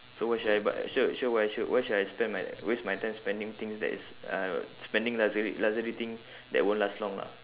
so why should I buy so so why should why should I spend my waste my time spending things that is uh spending luxury luxury thing that won't last long lah